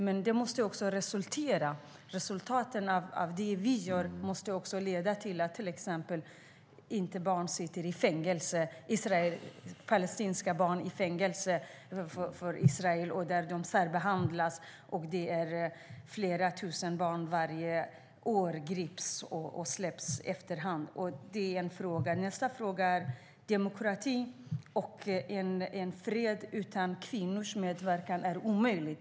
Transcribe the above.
Men resultatet av det vi gör måste också bli att Israel inte sätter palestinska barn i fängelse och särbehandlar dem. Flera tusen barn grips varje år och släpps efter hand. Demokrati och fred utan kvinnors medverkan är omöjlig.